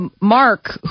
Mark